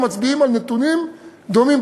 המצביעים על נתונים דומים,